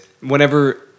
Whenever